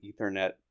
Ethernet